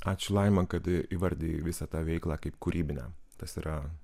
ačiū laima kad įvardijo visą tą veiklą kaip kūrybinę tas yra